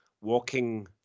walking